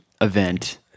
event